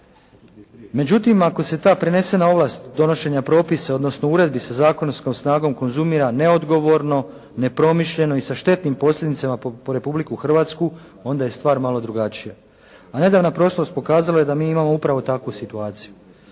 Međutim, ako se ta prenesena ovlast donošenja propisa, odnosno uredbi sa zakonskom snagom konzumira neodgovorno, nepromišljeno i sa štetnim posljedicama po Republiku Hrvatsku, onda je stvar malo drugačija. A nedavna prošlost pokazala je da mi imamo upravo takvu situaciju.